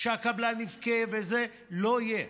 שהקבלן יבכה וזה, לא יהיה.